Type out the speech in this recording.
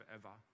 forever